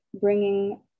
bringing